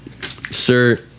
Sir